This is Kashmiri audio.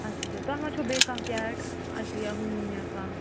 آچھا آچھا تۄہہِ ما چھو بیٚیہِ کانٛہہ کیٹ اَتہِ یا ہوٗن یا کانٛہہ